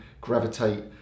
gravitate